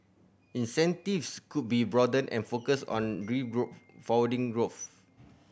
incentives could be broadened and focused on growth